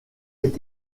est